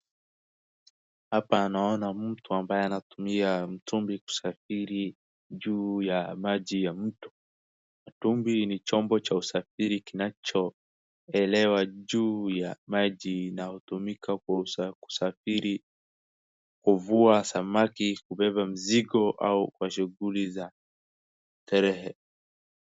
Hapa naona mtu ambaye anatumia mtumbi kusafiri juu ya maji ya mto. Mtumbi ni chombo cha usafiri kinacho elewa juu ya maji inayotumika kusafiri, kuvua samaki, kubeba mzigo au kwa shughuli za terehe.